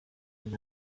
and